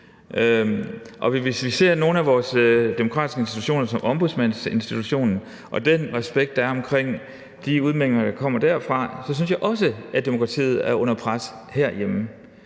Hvis vi ser på nogle af vores demokratiske institutioner som ombudsmandsinstitutionen og den mangel på respekt, der er omkring de udmeldinger, der kommer derfra, så synes jeg også, at demokratiet er under pres herhjemme.